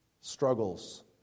struggles